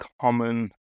common